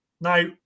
Now